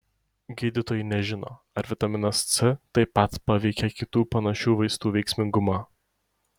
gydytojai nežino ar vitaminas c taip pat paveikia kitų panašių vaistų veiksmingumą